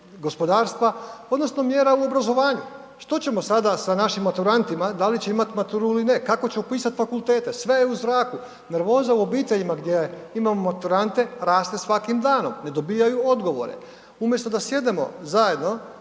gospodarstva odnosno mjera u obrazovanju. Što ćemo sada sa našim maturantima, da li će imat maturu ili ne? Kako će upisat fakultete sve je u zraku, nervoza u obiteljima gdje imamo maturante raste svakim danom ne dobijaju odgovore. Umjesto da sjednemo zajedno